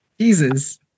Jesus